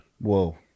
Whoa